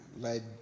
led